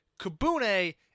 Kabune